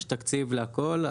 יש תקציב להכול,